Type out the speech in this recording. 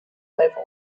level